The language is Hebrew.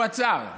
הוא עצר.